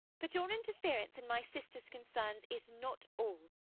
but your interference in my sister's concerns is not all.